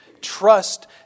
Trust